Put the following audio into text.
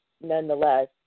nonetheless